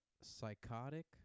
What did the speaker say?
psychotic